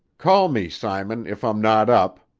call me, simon, if i'm not up,